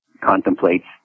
contemplates